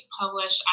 publish